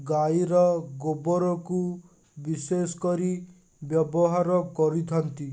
ଗାଈର ଗୋବରକୁ ବିଶେଷକରି ବ୍ୟବହାର କରିଥାନ୍ତି